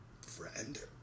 friend